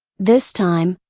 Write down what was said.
this time,